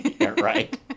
right